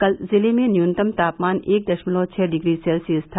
कल जिले में न्यूनतम तापमान एक दशमलव छ डिग्री सेल्सियस था